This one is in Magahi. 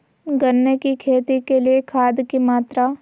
गन्ने की खेती के लिए खाद की मात्रा?